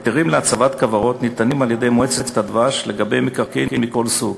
היתרים להצבת כוורות ניתנים על-ידי מועצת הדבש לגבי מקרקעין מכל סוג,